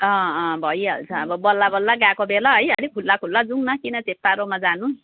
अँ अँ भइहाल्छ अब बल्ल बल्ल गएको बेला है अलिक खुला खुला जुम्न किन चेपारोमा जानु